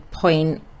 point